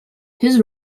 his